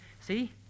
See